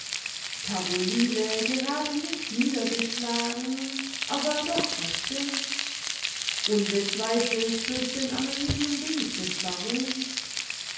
caroline gerade nicht niedergeschlagen aber doch verstimmt unbezweifelt durch den anonymen brief des barons